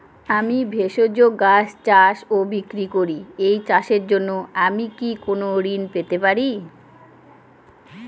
আমি ভেষজ গাছ চাষ ও বিক্রয় করি এই চাষের জন্য আমি কি কোন ঋণ পেতে পারি?